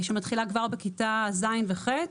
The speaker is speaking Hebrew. שמתחילה כבר בכיתה ז' וח'.